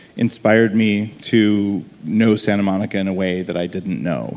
inspired me to know santa monica in a way that i didn't know